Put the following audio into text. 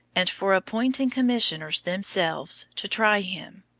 and for appointing commissioners, themselves, to try him.